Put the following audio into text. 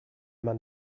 man